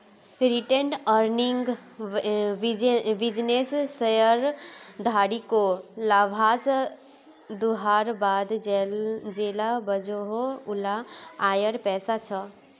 retained earning बिज्नेसेर शेयरधारकोक लाभांस दुआर बाद जेला बचोहो उला आएर पैसा छे